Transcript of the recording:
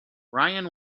ryan